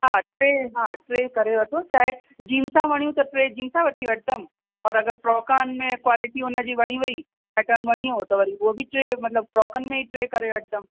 हा टे हा टे करे वठो चाहे जींसा वणियूं त टे जींसा वठी वठंदमि अगरि फ्रॉकनि में क्वालिटी हुन जी वणी वई पैटन वणियो त वरी हू बि टे मतिलबु फ्रॉकनि में ई टे करे वठंदमि